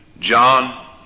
John